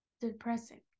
depressing